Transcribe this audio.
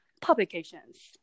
publications